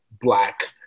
black